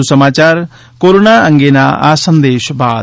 વધુ સમાચાર કોરોના અંગેના સંદેશ બાદ